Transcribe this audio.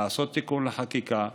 לעשות תיקון חקיקה.